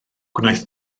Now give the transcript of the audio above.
gwnaeth